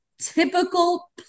typical